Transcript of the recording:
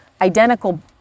identical